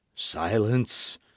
Silence